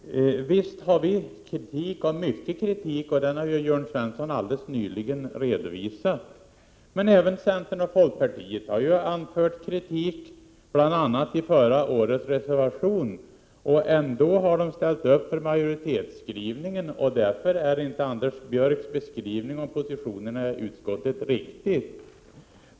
Herr talman! Visst anför vi kritik — mycken kritik, och den har Jörn Svensson alldeles nyligen redovisat. Även centern och folkpartiet har ju anfört kritik, bl.a. i förra årets reservationer. Ändå har de ställt upp för majoritetens skrivning. Därför är Anders Björcks beskrivning av positionerna i utskottet inte riktig.